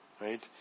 right